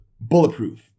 bulletproof